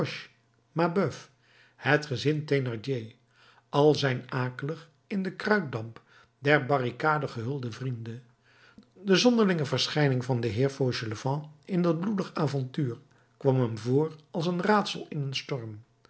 het gezin thénardier al zijne akelig in den kruitdamp der barricade gehulde vrienden de zonderlinge verschijning van den heer fauchelevent in dat bloedig avontuur kwam hem voor als een raadsel in een storm